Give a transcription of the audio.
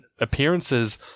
appearances